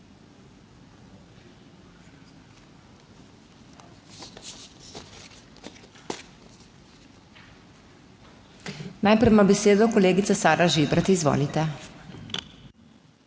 Najprej ima besedo kolegica Sara Žibrat. Izvolite.